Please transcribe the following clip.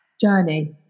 journey